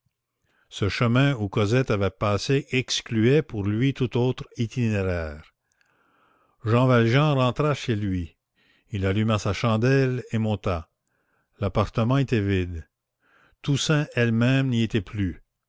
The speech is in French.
ce chemin où cosette avait passé excluait pour lui tout autre itinéraire jean valjean rentra chez lui il alluma sa chandelle et monta l'appartement était vide toussaint elle-même n'y était plus